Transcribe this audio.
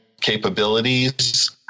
capabilities